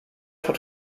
hat